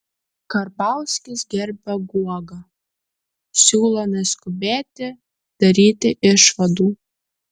karbauskis gerbia guogą siūlo neskubėti daryti išvadų